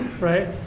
right